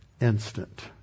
instant